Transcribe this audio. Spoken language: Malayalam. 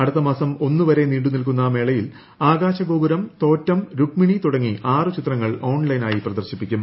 അടുത്തമാസം ഒന്ന് വരെ നീണ്ടു നിൽക്കുന്ന മേളയിൽ ആകാശഗോപുരം തോറ്റം രുഗ്മിണി തുടങ്ങി ആറ് ചിത്രങ്ങൾ ഓൺലൈനായി പ്രദർശിപ്പിക്കും